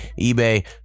eBay